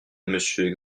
monsieur